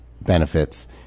benefits